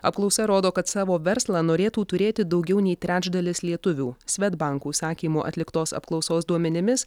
apklausa rodo kad savo verslą norėtų turėti daugiau nei trečdalis lietuvių svedbank užsakymu atliktos apklausos duomenimis